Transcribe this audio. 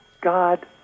God